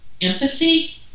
empathy